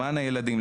למען הילדים,